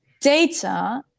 data